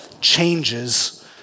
changes